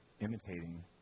Imitating